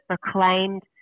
proclaimed